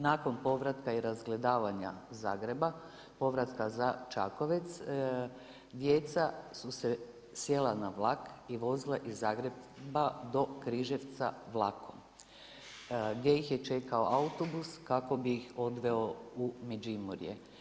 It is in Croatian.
Nakon povratka i razgledavanja Zagreba, povratka za Čakovec, djeca su se sjela na vlak i vozila iz Zagreba do Križevaca vlakom gdje ih je čekao autobus kako bi ih odveo u Međimurje.